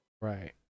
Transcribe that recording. Right